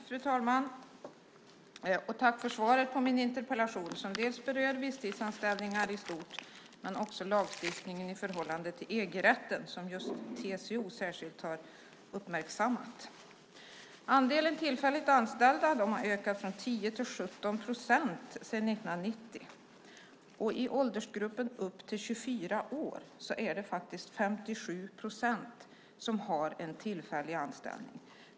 Fru talman! Jag tackar för svaret på min interpellation som berör dels visstidsanställningar i stort, dels lagstiftningen i förhållande till EG-rätten som TCO särskilt har uppmärksammat. Andelen tillfälligt anställda har ökat från 10 till 17 procent sedan 1990. I åldersgruppen upp till 24 år är det faktiskt 57 procent som har en tillfällig anställning.